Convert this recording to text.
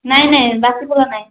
ନାହିଁ ନାହିଁ ବାସି ଫୁଲ ନାହିଁ